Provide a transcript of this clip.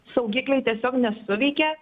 saugikliai tiesiog nesuveikė